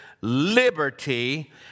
liberty